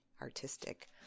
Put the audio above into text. artistic